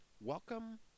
welcome